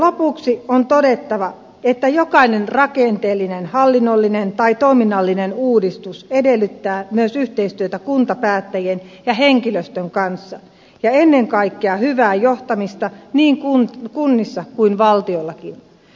lopuksi on todettava että jokainen rakenteellinen hallinnollinen tai toiminnallinen uudistus edellyttää myös yhteistyötä kuntapäättäjien ja henkilöstön kanssa ja ennen kaikkea hyvää johtamista niin kunnissa kuin valtiollakin